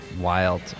wild